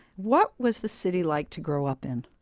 what was the city like to grow up in?